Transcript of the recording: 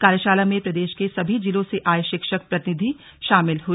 कार्यशाला में प्रदेश के सभी जिलों से आये शिक्षक प्रतिनिधि शामिल हुए